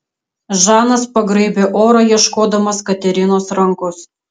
žanas pagraibė orą ieškodamas katerinos rankos